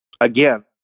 again